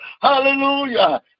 hallelujah